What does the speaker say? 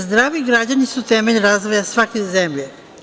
Zdravi građani su temelji razvoja svake zemlje.